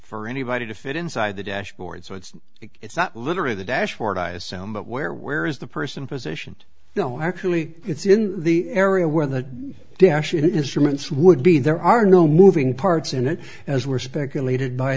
for anybody to fit inside the dashboard so it's it's not literally the dashboard i assume but where where is the person positioned no actually it's in the area where the dash and instruments would be there are no moving parts in it as were speculated by